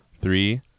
three